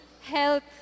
health